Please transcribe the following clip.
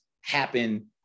happen